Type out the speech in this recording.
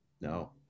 No